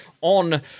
on